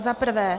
Za prvé.